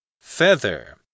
Feather